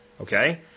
okay